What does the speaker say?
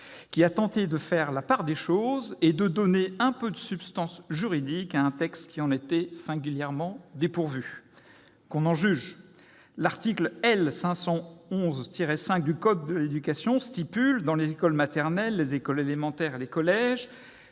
qui a tenté de faire la part des choses et de donner un peu de substance juridique à un texte qui en était singulièrement dépourvu. Qu'on en juge ! L'article L. 511-5 du code de l'éducation dispose que « dans les écoles maternelles, les écoles élémentaires et les collèges,